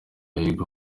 ahiga